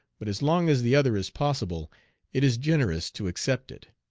but as long as the other is possible it is generous to accept it.